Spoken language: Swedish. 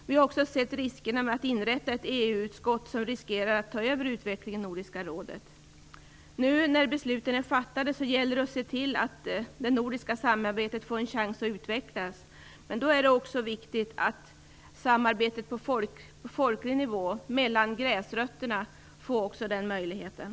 Vi har också sett riskerna med att inrätta ett EU-utskott som kan ta över utvecklingen i Nordiska rådet. När besluten nu är fattade, gäller det att se till att det nordiska samarbetet får en chans att utvecklas. Då är det viktigt att samarbetet på folklig nivå, mellan gräsrötterna, också får förbättrade möjligheter.